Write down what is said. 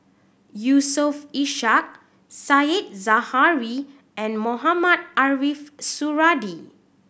Yusof Ishak Said Zahari and Mohamed Ariff Suradi